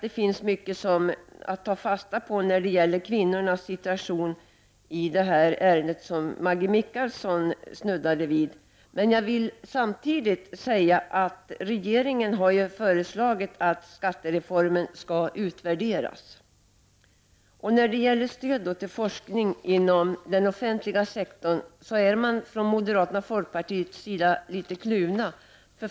Det finns mycket att ta fasta på i det Maggi Mikaelsson sade om kvinnornas situation. Men jag vill samtidigt säga att regeringen har föreslagit att skattereformen skall utvärderas. I fråga om stöd till forskning inom den offentliga sektorn är moderaterna och folkpartisterna litet kluvna.